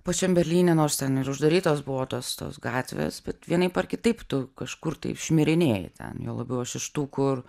pačiam berlyne nors ten ir uždarytos buvo tos tos gatvės bet vienaip ar kitaip tu kažkur tai šmirinėji ten juo labiau aš iš tų kur